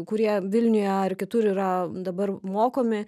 kurie vilniuje ar kitur yra dabar mokomi